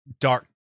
dark